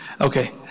Okay